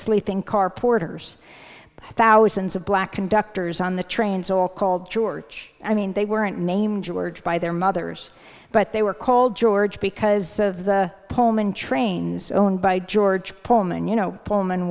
sleeping car porters thousands of black conductors on the trains all called george i mean they weren't named george by their mothers but they were called george because of the pullman trains owned by george pullman you know pullman